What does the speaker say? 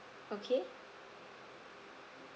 okay